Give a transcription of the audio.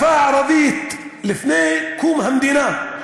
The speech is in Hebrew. כשהשפה הערבית לפני קום המדינה,